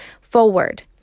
forward